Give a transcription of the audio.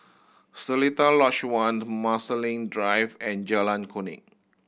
Seletar Lodge One Marsiling Drive and Jalan Kuning